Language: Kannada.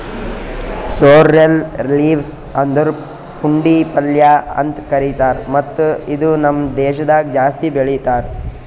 ಸೋರ್ರೆಲ್ ಲೀವ್ಸ್ ಅಂದುರ್ ಪುಂಡಿ ಪಲ್ಯ ಅಂತ್ ಕರಿತಾರ್ ಮತ್ತ ಇದು ನಮ್ ದೇಶದಾಗ್ ಜಾಸ್ತಿ ಬೆಳೀತಾರ್